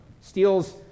steals